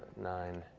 nine,